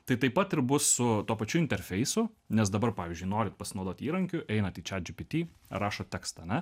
tai taip pat ir bus su tuo pačiu interfeisu nes dabar pavyzdžiui norint pasinaudot įrankiu einat į čat gpt rašot tekstą ane